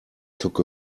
took